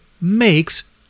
makes